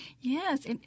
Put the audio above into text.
Yes